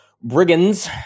brigands